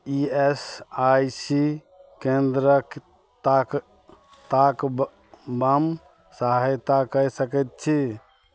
E S I C केन्द्रकेँ ताक ताकबामे सहायता कऽ सकै छी